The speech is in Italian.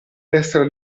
destra